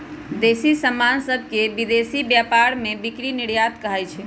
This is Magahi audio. देसी समान सभके विदेशी व्यापार में बिक्री निर्यात कहाइ छै